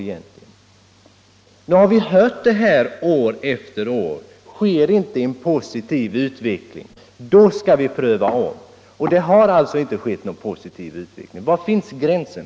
Vi har hört år efter år att sker inte en positiv utveckling, då skall Sverige pröva om sin inställning. Det har inte skett någon positiv utveckling. Var går gränsen?